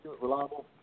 reliable